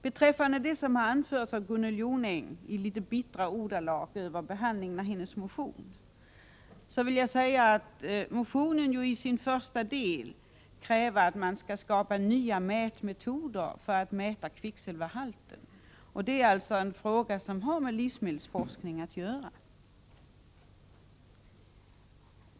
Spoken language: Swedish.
Beträffande det som Gunnel Jonäng i litet bittra ordalag anförde över behandlingen av hennes motion vill jag säga följande. I första delen av motionen krävs att man skall skapa nya mätmetoder för att mäta kvicksilverhalter. Det är alltså en fråga som har med livsmedelsforskning att göra.